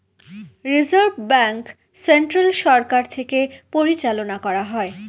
reserve bank central সরকার থেকে পরিচালনা করা হয়